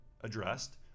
addressed